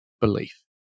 belief